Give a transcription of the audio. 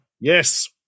yes